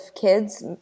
kids